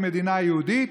2015,